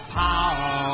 power